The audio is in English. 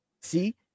See